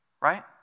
right